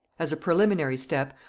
as a preliminary step,